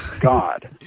God